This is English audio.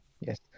Yes